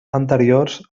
anteriors